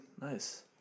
Nice